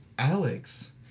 Alex